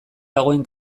dagoen